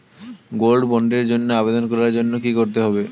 Gold বন্ডের জন্য আবেদন করার জন্য কি করতে হবে?